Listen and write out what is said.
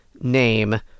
name